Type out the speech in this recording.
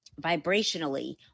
vibrationally